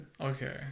Okay